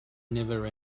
never